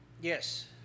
yes